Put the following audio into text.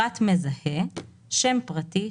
"פרט מזהה" שם פרטי,